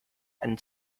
and